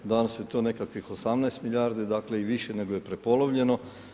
Danas je to nekakvih 18 milijardi, dakle i više nego je prepolovljeno.